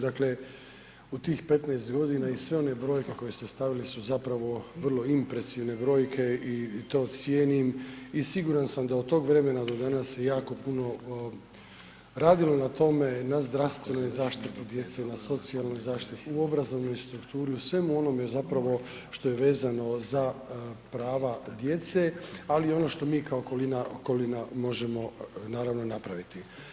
Dakle u tih 15 godina i sve one brojke koje ste stavili su zapravo vrlo impresivne brojke i to cijenim i siguran sam da od tog vremena do danas se jako puno radilo na tome, na zdravstvenoj zaštiti djece, na socijalnoj zaštiti, u obrazovnoj strukturi, u svemu onome zapravo što je vezano za prava djece ali i ono što mi kao okolina možemo naravno napraviti.